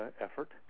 effort